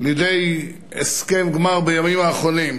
לידי הסכם גמר בימים האחרונים.